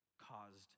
caused